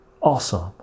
Awesome